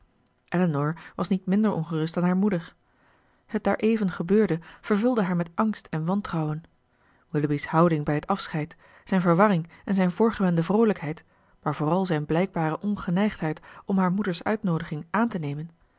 elinor was niet minder ongerust dan haar moeder het daareven gebeurde vervulde haar met angst en wantrouwen willoughby's houding bij het afscheid zijn verwarring en zijn voorgewende vroolijkheid maar vooral zijn blijkbare ongeneigdheid om haar moeders uitnoodiging aan te nemen